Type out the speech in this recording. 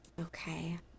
okay